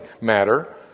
matter